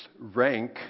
rank